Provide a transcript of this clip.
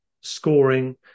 scoring